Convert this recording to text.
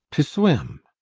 to swim!